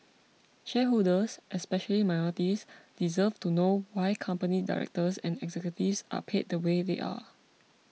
shareholders especially minorities deserve to know why company directors and executives are paid the way they are